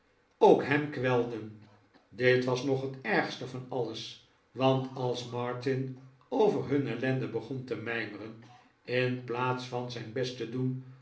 ook hem kwelden dit was nog het ergste van alles want als martin over huh ellende begon te mijmeren in plaats van zijn best te doen